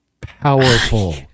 powerful